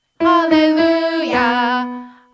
Hallelujah